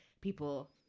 people